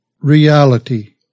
reality